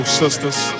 sisters